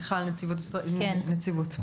מיכל, נציבות.